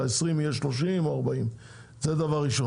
שה-20 יהיה 30 או 40. זה דבר ראשון.